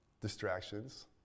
distractions